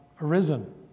arisen